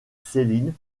céline